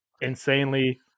insanely